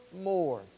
more